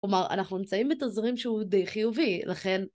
כלומר, אנחנו נמצאים בתזרים שהוא די חיובי, לכן...